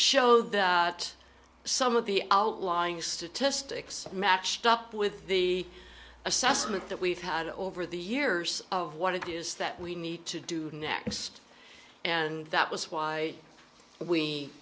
showed some of the outlying statistics matched up with the assessment that we've had over the years of what it is that we need to do next and that was why we